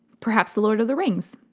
perhaps the lord of the rings?